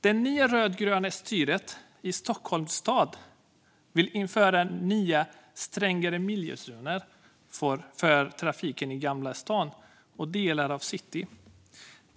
Det nya rödgröna styret i Stockholms stad vill införa nya strängare miljözoner för trafiken i Gamla stan och delar av city.